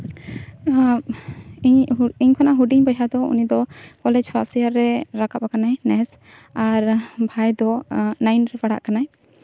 ᱱᱚᱣᱟ ᱤᱧ ᱠᱷᱚᱱᱟᱜ ᱦᱩᱰᱤᱧ ᱵᱚᱭᱦᱟ ᱫᱚ ᱩᱱᱤ ᱫᱚ ᱠᱚᱞᱮᱡᱽ ᱯᱷᱟᱥᱴ ᱤᱭᱟᱨ ᱨᱮ ᱨᱟᱠᱟᱵ ᱠᱟᱱᱟᱭ ᱱᱮᱥ ᱟᱨ ᱵᱷᱟᱭ ᱫᱚ ᱱᱟᱭᱤᱱ ᱨᱮ ᱯᱟᱲᱦᱟᱜ ᱠᱟᱱᱟᱭ